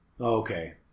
Okay